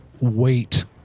wait